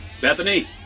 Bethany